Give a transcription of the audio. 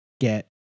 get